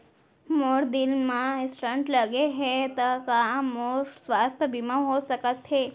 मोर दिल मा स्टन्ट लगे हे ता का मोर स्वास्थ बीमा हो सकत हे?